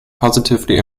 positively